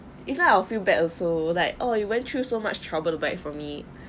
if not I'll feel bad also like oh you went through so much trouble to buy it for me